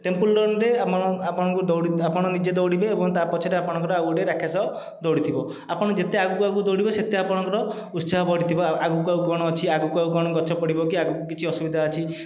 temple ରନ୍ରେ ଆପଣ ନିଜେ ଦୌଡ଼ିବେ ଏବଂ ତା'ପଛରେ ଆପଣଙ୍କର ଆଉ ଗୋଟିଏ ରାକ୍ଷାସ ଦୌଡ଼ିଥିବ ଆପଣ ଯେତେ ଆଗକୁ ଆଗକୁ ଦୌଡ଼ିବେ ସେତେ ଆପଣଙ୍କର ଉତ୍ସାହ ବଢ଼ିଥିବ ଆଉ ଆଗକୁ ଆଉ କ'ଣ ଅଛି ଆଗକୁ ଆଉ କ'ଣ ଗଛ ପଡ଼ିବ କି ଆଗକୁ କିଛି ଅସୁବିଧା ଅଛି